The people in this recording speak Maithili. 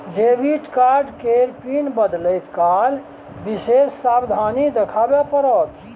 डेबिट कार्ड केर पिन बदलैत काल विशेष सावाधनी देखाबे पड़त